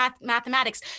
mathematics